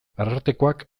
arartekoak